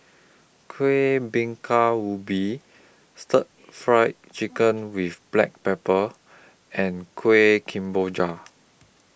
Kuih Bingka Ubi Stir Fried Chicken with Black Pepper and Kueh Kemboja